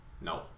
No